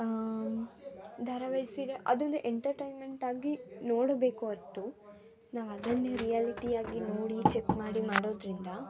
ಧಾರವಾಹಿ ಸೀರಿಯಲ್ ಅದೊಂದು ಎಂಟರ್ಟೈನ್ಮೆಂಟಾಗಿ ನೋಡಬೇಕು ಹೊರ್ತು ನಾವು ಅದನ್ನೇ ರಿಯಾಲಿಟಿ ಆಗಿ ನೋಡಿ ಚೆಕ್ ಮಾಡಿ ಮಾಡೋದರಿಂದ